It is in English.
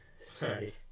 Sorry